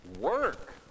work